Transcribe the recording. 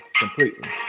completely